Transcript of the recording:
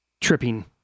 tripping